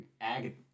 ag